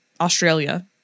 Australia